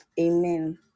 amen